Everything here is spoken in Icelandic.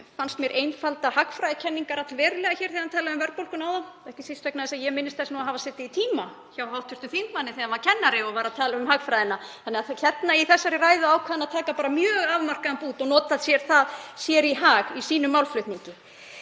Ágústsson einfalda hagfræðikenningar allverulega hér þegar hann talaði um verðbólguna áðan, ekki síst vegna þess að ég minnist þess að hafa setið í tíma hjá hv. þingmanni þegar hann var kennari og var að tala um hagfræði. Í þessari ræðu ákvað hann að taka bara mjög afmarkaðan bút og nota sér í hag í sínum málflutningi.